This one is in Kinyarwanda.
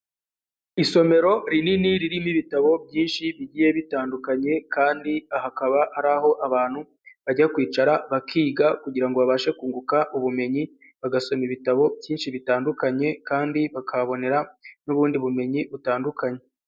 Isomero rinini ririmo ibitabo byinshi bigiye bitandukanye kandi hakaba ari aho abantu bajya kwicara bakiga kugirango babashe kunguka ubumenyi, bagasoma ibitabo byinshi bitandukanye kandi bakahabonera n'ubundi bumenyi butandukanye.